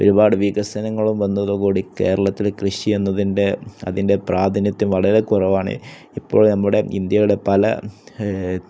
ഒരുപാട് വികസനങ്ങളും വന്നതോട് കൂടി കേരളത്തിൽ കൃഷി എന്നതിൻ്റെ അതിൻ്റെ പ്രാധിനിത്യം വളരെ കുറവാണ് ഇപ്പോൾ നമ്മുടെ ഇന്ത്യയുടെ പല